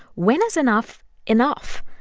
when is enough enough?